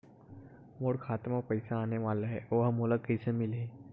मोर खाता म पईसा आने वाला हे ओहा मोला कइसे मिलही?